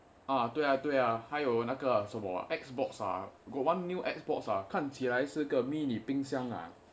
啊对呀对呀还有那个什么 Xbox ah got one new Xbox ah 看起来是个迷你冰箱啊:kan qi lai shi ge mi ni bingng xiang a